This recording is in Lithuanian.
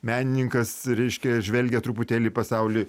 menininkas reiškia žvelgia truputėlį į pasaulį